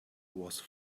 was